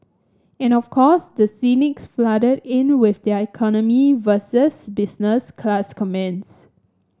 and of course the cynics flooded in with their economy versus business class comments